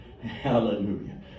Hallelujah